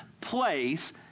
place